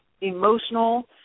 emotional